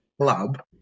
club